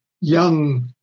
young